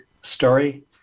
story